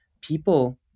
people